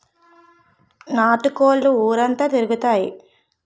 నాటు కోళ్లు ఊరంతా తిరుగుతాయి